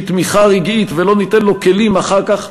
תמיכה רגעית ולא ניתן לו כלים אחר כך